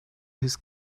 his